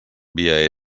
via